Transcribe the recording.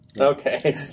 okay